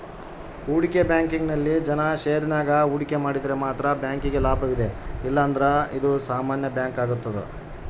ಹೂಡಿಕೆ ಬ್ಯಾಂಕಿಂಗ್ನಲ್ಲಿ ಜನ ಷೇರಿನಾಗ ಹೂಡಿಕೆ ಮಾಡಿದರೆ ಮಾತ್ರ ಬ್ಯಾಂಕಿಗೆ ಲಾಭವಿದೆ ಇಲ್ಲಂದ್ರ ಇದು ಸಾಮಾನ್ಯ ಬ್ಯಾಂಕಾಗುತ್ತದೆ